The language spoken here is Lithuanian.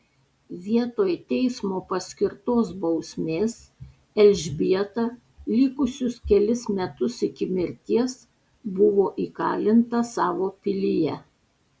vietoj teismo paskirtos bausmės elžbieta likusius kelis metus iki mirties buvo įkalinta savo pilyje